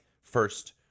first